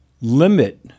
limit